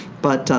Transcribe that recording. but,